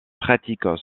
pratiques